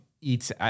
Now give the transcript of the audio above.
eats